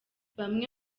bamwe